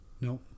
No